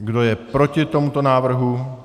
Kdo je proti tomuto návrhu?